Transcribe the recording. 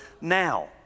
now